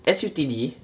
S_U_T_D